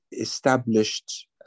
established